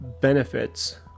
benefits